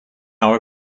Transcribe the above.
are